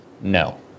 no